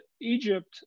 Egypt